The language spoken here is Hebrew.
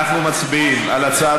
אני קורא אותך לסדר